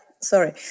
sorry